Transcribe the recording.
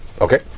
Okay